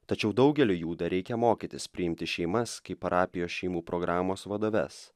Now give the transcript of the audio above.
tačiau daugeliui jų dar reikia mokytis priimti šeimas kaip parapijos šeimų programos vadoves